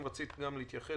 אם רצית להתייחס,